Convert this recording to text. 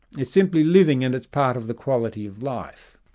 it's simply living, and it's part of the quality of life.